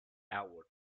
outward